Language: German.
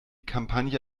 kampagne